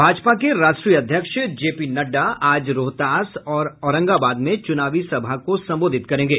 भाजपा क राष्ट्रीय अध्यक्ष जे पी नड़डा आज रोहतास और औरंगाबाद में चुनावी सभा को संबोधित करेंगे